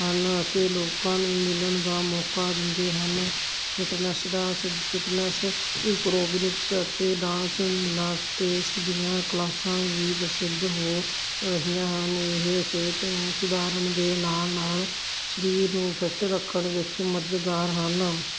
ਹਨ ਅਤੇ ਲੋਕਾਂ ਨੂੰ ਮਿਲਣ ਦਾ ਮੌਕਾ ਦਿੰਦੇ ਹਨ ਫਿਟਨੈਸ ਡਾਂਸ ਫਿਟਨੈਸ ਇੱਕ ਰੋਬਿਨਕਸ ਅਤੇ ਡਾਂਸ ਨਾਟੇਸ਼ ਦੀਆਂ ਕਲਾਸਾਂ ਵੀ ਪ੍ਰਸਿੱਧ ਹੋ ਰਹੀਆਂ ਹਨ ਇਹ ਸਿਹਤ ਨੂੰ ਸੁਧਾਰਨ ਦੇ ਨਾਲ ਨਾਲ ਸਰੀਰ ਨੂੰ ਫਿਟ ਰੱਖਣ ਵਿੱਚ ਮਦਦਗਾਰ ਹਨ